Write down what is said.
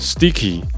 Sticky，